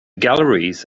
galleries